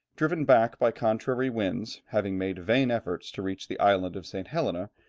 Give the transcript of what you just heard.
driven back by contrary winds, having made vain efforts to reach the island of st. helena,